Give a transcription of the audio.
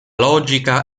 logica